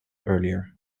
earlier